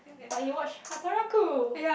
but you watch Hataraku